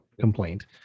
complaint